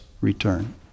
return